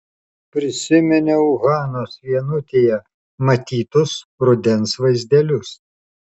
prisiminiau hanos vienutėje matytus rudens vaizdelius